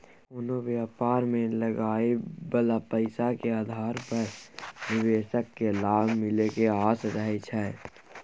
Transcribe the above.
कोनो व्यापार मे लगाबइ बला पैसा के आधार पर निवेशक केँ लाभ मिले के आस रहइ छै